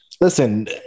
listen